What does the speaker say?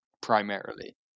primarily